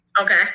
Okay